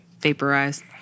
Vaporized